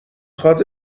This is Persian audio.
خواد